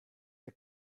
der